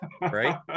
right